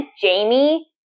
Jamie